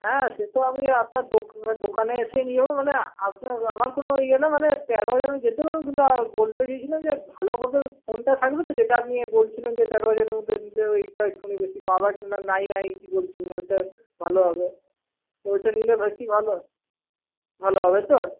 হ্যাঁ সে তো আমি আপনার দোকানে এসেই নিয়ে যাবো মানে আপনার আমার কোন ইয়ে না মানে তেরো হাজারে আমি যেতে পারবো কিন্তু বলতে চেয়েছিলাম যে ভালো মত ফোনটা থাকবে তো যেটা আপনি বলছিলেন যে তেরো হাজারের মধ্যে নিলে ওইটা একটু বেশি পাওয়ার কিংবা নাইন আই কি বলছিলেন ওইটা ভালো হবে ওইটা নিলে বেশি ভালো ভালো হবে তো